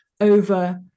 over